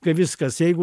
kai viskas eigu